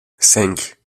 cinq